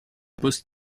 post